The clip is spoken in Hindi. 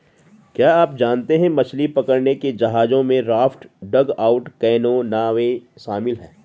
क्या आप जानते है मछली पकड़ने के जहाजों में राफ्ट, डगआउट कैनो, नावें शामिल है?